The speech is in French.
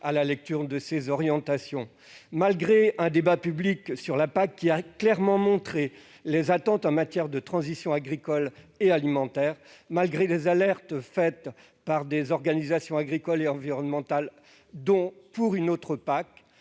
à la lecture de ses orientations. Malgré un débat public sur la PAC montrant clairement les attentes en matière de transition agricole et alimentaire, malgré les alertes d'organisations agricoles et environnementales, dont la plateforme Pour une autre PAC,